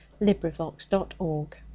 LibriVox.org